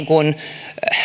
kuin